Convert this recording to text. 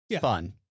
Fun